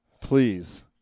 please